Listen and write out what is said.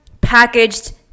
packaged